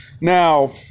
now